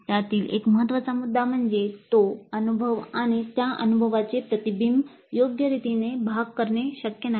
त्यातील एक महत्त्वाचा मुद्दा म्हणजे तो अनुभव आणि त्या अनुभवाचे प्रतिबिंब योग्यरितीने भाग करणे शक्य नाही